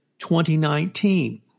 2019